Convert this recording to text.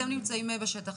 אתם נמצאים בשטח.